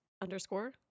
underscore